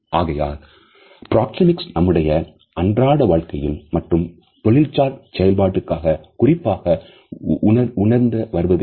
ஆகையால் பிராக்சேமிக்ஸ் நம்முடைய அன்றாட வாழ்க்கையில் மற்றும் தொழில் சார் செயல்பாட்டுக்காக குறிப்பாக உணர்த்த வருவது என்ன